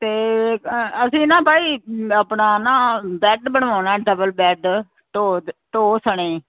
ਤੇ ਅਸੀਂ ਨਾ ਬਾਈ ਆਪਣਾ ਨਾ ਬੈਡ ਬਣਵਾਉਣਾ ਡਬਲ ਬੈਡ ਢੋ ਸਣੇ